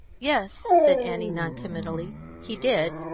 yes, said annie non-committally, he did.